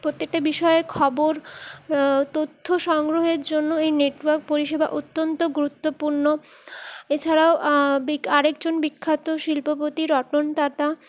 প্রত্যেকটা বিষয়ে খবর তথ্য সংগ্রহের জন্য এই নেটওয়ার্ক পরিষেবা অত্যন্ত গুরুত্বপূর্ণ এছাড়াও বি আরেকজন বিখ্যাত শিল্পপতি রটন টাটা